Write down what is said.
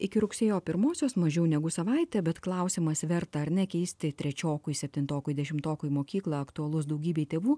iki rugsėjo pirmosios mažiau negu savaitė bet klausimas verta ar ne keisti trečiokui septintokui dešimtokui mokyklą aktualus daugybei tėvų